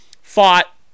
Fought